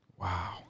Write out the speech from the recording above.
wow